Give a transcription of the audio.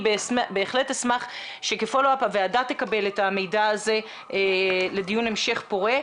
אני בהחלט אשמח שכפולו-אפ הוועדה תקבל את המידע הזה לדיון המשך פורה.